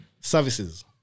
services